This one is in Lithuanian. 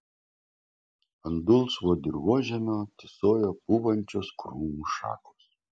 ant dulsvo dirvožemio tysojo pūvančios krūmų šakos